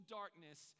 darkness